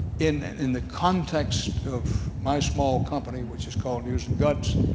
in in the context of my small company which is called news and guts,